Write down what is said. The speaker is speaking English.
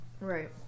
Right